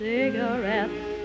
Cigarettes